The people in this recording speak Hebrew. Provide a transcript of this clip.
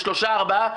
זה שלושה-ארבעה,